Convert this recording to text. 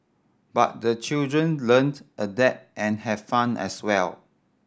but the children learnt adapted and have fun as well